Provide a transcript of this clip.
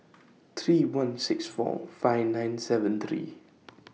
three one six four five nine seven three